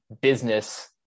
business